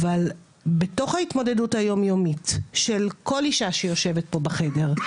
בתוך ההתמודדות היום-יומית של כל אישה שיושבת פה בחדר,